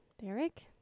Derek